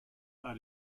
are